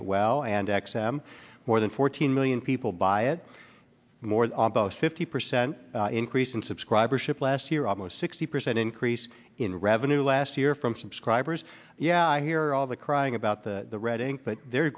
m more than fourteen million people by it more than fifty percent increase in subscribership last year almost sixty percent increase in revenue last year from subscribers yeah i hear all the crying about the red ink but they're